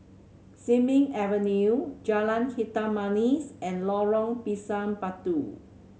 Sin Ming Avenue Jalan Hitam Manis and Lorong Pisang Batu